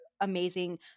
amazing